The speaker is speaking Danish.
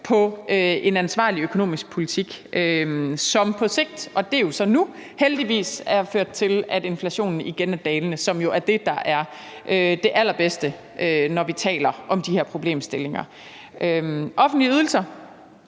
ansvarlig politik, som på sigt – og det er jo så nu – heldigvis har ført til, at inflationen igen er dalende, hvilket jo er det allerbedste, når vi taler om de her problemstillinger. Offentlige ydelser